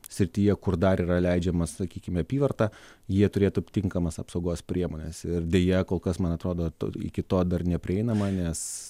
srityje kur dar yra leidžiama sakykim apyvarta jie turėtų tinkamas apsaugos priemones ir deja kol kas man atrodo to iki to dar neprieinama nes